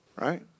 Right